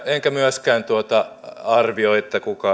enkä myöskään arvioi